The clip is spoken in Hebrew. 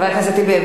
חבר הכנסת טיבי,